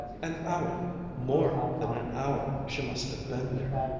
an hour more than an hour, she must have been there.